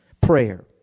Prayer